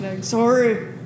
Sorry